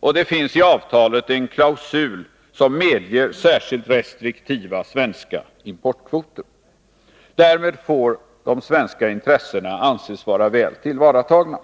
och det finns i avtalet en klausul som medger särskilt restriktiva svenska importkvoter. Därmed får de svenska intressena anses vara väl tillvaratagna.